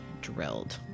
drilled